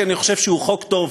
כי אני חושב שהוא חוק טוב,